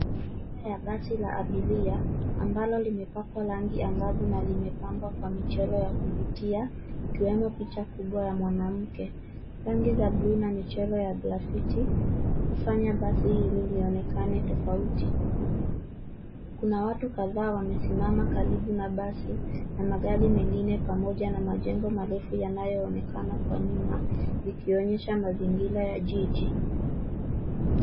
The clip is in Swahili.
Aina ya basi la abiria ambalo limepakwa rangi angavu na limepambwa kwa michoro ya kuvutia; ikiwemo picha kubwa ya mwanamke. Rangi za bluu na michoro ya grafiti hufanya basi hili lionekana tofauti. Kuna watu kadhaa wamesimama karibu na basi, na magari mengine pamoja na majengo marefu yanayoonekana kwa nyuma, vikionyesha mazingira ya jiji.